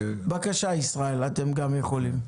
בבקשה, ישראל, אתם גם יכולים.